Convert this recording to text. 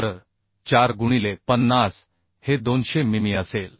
तर 4 गुणिले 50 हे 200 मिमी असेल